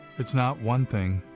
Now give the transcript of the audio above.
it's not one thing,